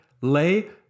lay